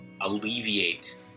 alleviate